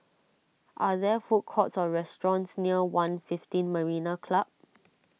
are there food courts or restaurants near one fifteen Marina Club